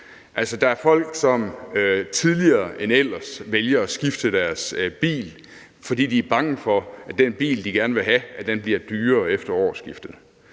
der er folk, som tidligere end ellers vælger at skifte deres bil ud, fordi de er bange for, at den bil, de gerne vil have, bliver dyrere efter årsskiftet.